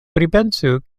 pripensu